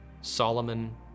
Solomon